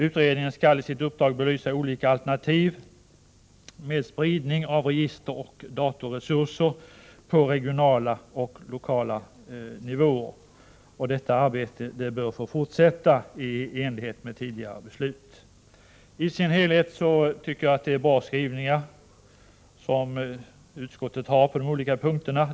Utredningen skall i sitt uppdrag belysa olika alternativ med spridning av register och datorresurser på regionala och lokala nivåer. Detta arbete bör få fortsätta i enlighet med tidigare beslut. Jag tycker att utskottets skrivning på de olika punkterna är bra.